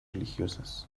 religiosas